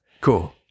Cool